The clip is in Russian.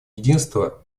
единство